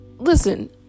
listen